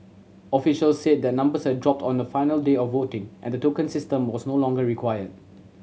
officials said the numbers had dropped on the final day of voting and the token system was no longer required